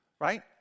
Right